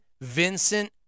Vincent